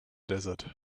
desert